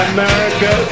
America